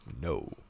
no